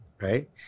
right